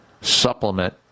supplement